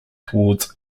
towards